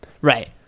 right